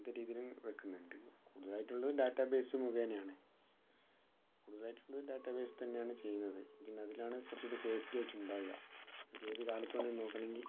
അങ്ങനത്തെ രീതിയില് വെക്കുന്നതുണ്ട് കൂടുതലായിട്ടുള്ളത് ഡാറ്റാ ബേസ് മുഖേനയാണ് കൂടുതലായിട്ട് ഉള്ളത് ഡാറ്റാബേസിൽ തന്നെയാണ് ചെയ്യുന്നത് പിന്നെ അതിലാണ് കുറച്ചുകൂടി സേഫ്റ്റി ആയിട്ട് ഉണ്ടാവുക നമുക്ക് ഏത് കാലത്ത് വേണ നോക്കണമെങ്കിൽ